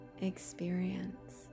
experience